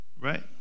right